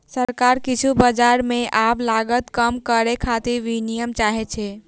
सरकार किछु बाजार मे आब लागत कम करै खातिर विनियम चाहै छै